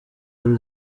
y’u